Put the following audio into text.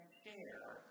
share